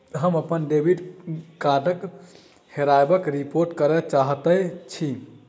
हम अप्पन डेबिट कार्डक हेराबयक रिपोर्ट करय चाहइत छि